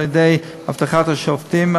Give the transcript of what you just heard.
על-ידי אבטחת השופטים,